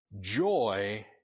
joy